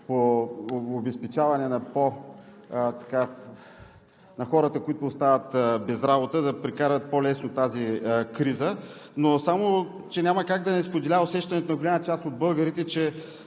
обезпечаване на хората, които остават без работа, да прекарат по-лесно тази криза. Само че няма как да не споделя усещането на голяма част от българите, че